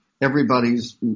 everybody's